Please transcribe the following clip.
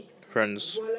Friends